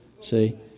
See